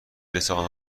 رسانه